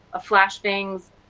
ah flash bang's,